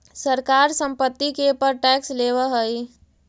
सरकार संपत्ति के पर टैक्स लेवऽ हई